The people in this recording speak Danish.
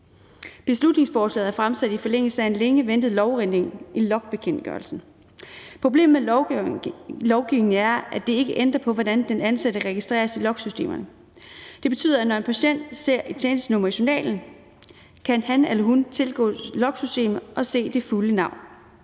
Beslutningsforslaget er fremsat i forlængelse af en længe ventet lovændring i logbekendtgørelsen. Problemet med lovgivningen er, at det ikke ændrer på, hvordan den ansatte registreres i logsystemerne. Det betyder, at når en patient ser et tjenestenummer i journalen, kan han eller hun tilgå logsystemet og se det fulde navn.